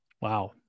Wow